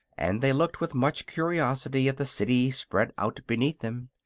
and they looked with much curiosity at the city spread out beneath them.